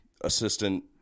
assistant